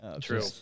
true